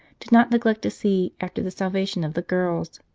did not neglect to see after the salvation of the girls.